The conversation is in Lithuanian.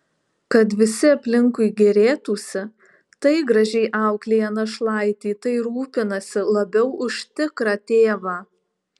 kad visi aplinkui gėrėtųsi tai gražiai auklėja našlaitį tai rūpinasi labiau už tikrą tėvą